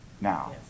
now